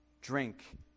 drink